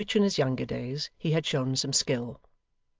in which, in his younger days, he had shown some skill.